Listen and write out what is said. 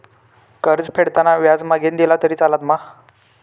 कर्ज फेडताना व्याज मगेन दिला तरी चलात मा?